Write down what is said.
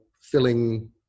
filling